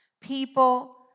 people